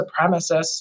supremacists